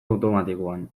automatikoan